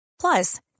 Plus